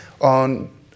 on